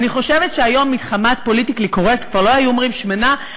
אני חושבת שהיום מחמת פוליטיקלי-קורקט כבר לא היו אומרים "שמנה",